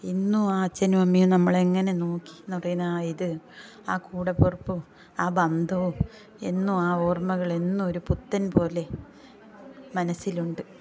ഇന്നും ആ അച്ഛനും അമ്മയും നമ്മളെ എങ്ങനെ നോക്കി ഇത് ആ കൂടപ്പിറപ്പും ആ ബന്ധവും ഇന്നും ആ ഓർമ്മകളെന്നും ഒരു പുത്തൻപോലെ മനസ്സിലുണ്ട്